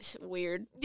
weird